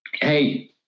hey